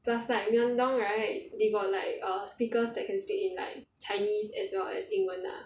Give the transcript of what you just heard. plus like myeong-dong right they got like err speakers that can speak in like err chinese as well as 英文 lah